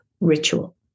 ritual